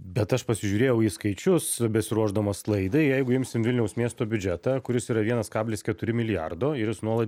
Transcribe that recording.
bet aš pasižiūrėjau į skaičius besiruošdamas laidai jeigu imsim vilniaus miesto biudžetą kuris yra vienas kablis keturi milijardo ir jis nuolat